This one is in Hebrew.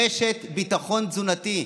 רשת ביטחון תזונתי.